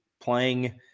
playing